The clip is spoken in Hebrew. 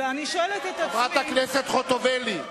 היה לך הרבה חזון, חברת הכנסת חוטובלי,